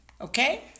Okay